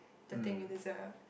the thing it is a